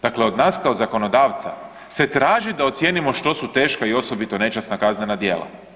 Dakle, od nas kao zakonodavca se traži da ocijenimo što su teška i osobito nečasna kaznena djela.